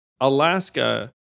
Alaska